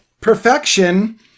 perfection